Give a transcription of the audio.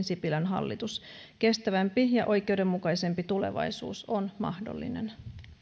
sipilän hallitus kestävämpi ja oikeudenmukaisempi tulevaisuus on mahdollinen